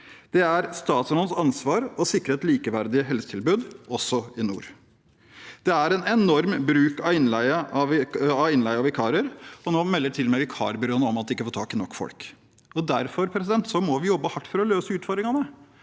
Det er statsrådens ansvar å sikre et likeverdig helsetilbud også i nord. Det er en enorm bruk av innleie og vikarer, og nå melder til og med vikarbyråene om at de ikke får tak i nok folk. Derfor må vi jobbe hardt for å løse utfordringene,